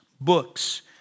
books